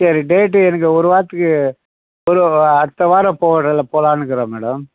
சரி டேட்டு எனக்கு ஒரு வாரத்துக்கு ஒரு அடுத்த வாரம் போல போலான்னுக்கிறன் மேடம்